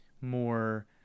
more